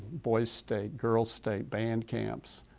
boys state, girls state, band camps,